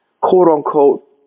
quote-unquote